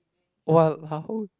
!walao!